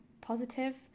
positive